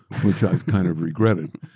which i've kind of regretted.